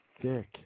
Dick